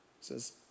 says